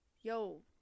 yo